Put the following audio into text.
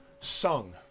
sung